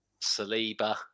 Saliba